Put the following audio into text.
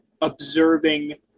observing